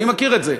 אני מכיר את זה.